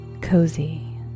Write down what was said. cozy